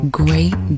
great